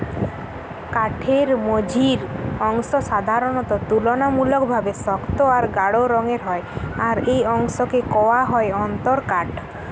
কাঠের মঝির অংশ সাধারণত তুলনামূলকভাবে শক্ত আর গাঢ় রঙের হয় আর এই অংশকে কওয়া হয় অন্তরকাঠ